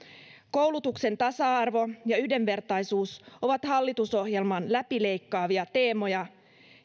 koulutuksen tasa arvo ja yhdenvertaisuus ovat hallitusohjelman läpileikkaavia teemoja